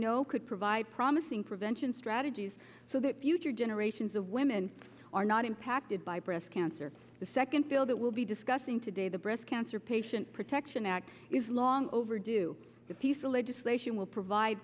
know could provide promising prevention strategies so that future generations of women are not impacted by breast cancer the second bill that will be discussing today the breast cancer patient protection act is long overdue the fisa legislation will provide